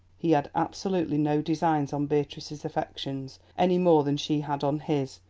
he had absolutely no designs on beatrice's affections, any more than she had on his,